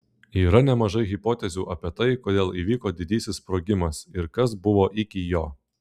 yra nemažai hipotezių apie tai kodėl įvyko didysis sprogimas ir kas buvo iki jo